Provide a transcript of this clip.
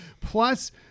Plus